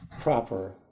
proper